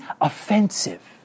Offensive